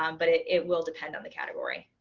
um but it it will depend on the category.